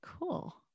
Cool